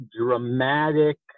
dramatic